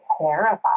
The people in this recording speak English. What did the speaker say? terrified